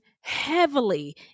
heavily